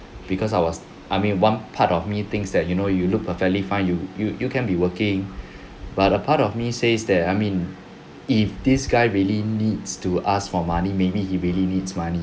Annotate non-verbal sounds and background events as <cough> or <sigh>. because I was I mean one part of me thinks that you know you look perfectly fine you you you can be working <breath> but a part of me says that I mean if this guy really needs to ask for money maybe he really needs money